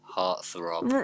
Heartthrob